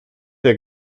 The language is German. der